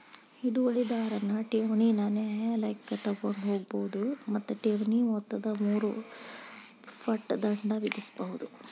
ಹಿಡುವಳಿದಾರನ್ ಠೇವಣಿನ ನ್ಯಾಯಾಲಯಕ್ಕ ತಗೊಂಡ್ ಹೋಗ್ಬೋದು ಮತ್ತ ಠೇವಣಿ ಮೊತ್ತದ ಮೂರು ಪಟ್ ದಂಡ ವಿಧಿಸ್ಬಹುದು